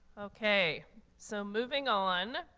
okay. so moving on